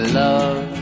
love